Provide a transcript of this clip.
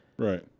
Right